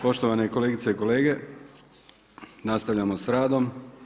Poštovane kolegice i kolege, nastavljamo s radom.